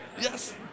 Yes